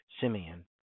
Simeon